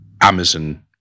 Amazon